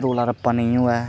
रोला रप्पा नेईं होऐ